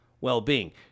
well-being